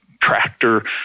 tractor